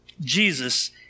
Jesus